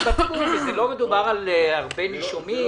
לא מדובר על הרבה נישומים,